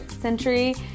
century